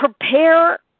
prepare